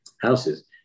houses